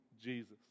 Jesus